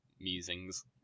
musings